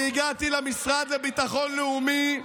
אני הגעתי למשרד לביטחון לאומי,